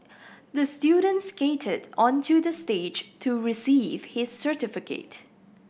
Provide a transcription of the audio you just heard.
the student skated onto the stage to receive his certificate